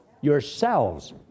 Yourselves